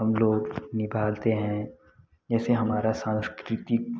हम लोग निभाते हैं जैसे हमारा सांस्कृतिक